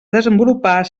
desenvolupar